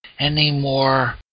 Anymore